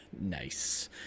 nice